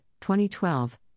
2012